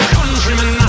Countrymen